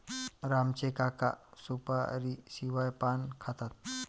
राम चे काका सुपारीशिवाय पान खातात